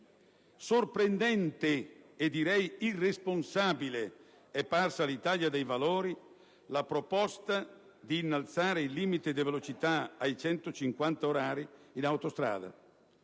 Sorprendente e direi irresponsabile è parsa, all'Italia dei Valori, la proposta di innalzare il limite di velocità a 150 chilometri orari in autostrada.